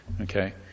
Okay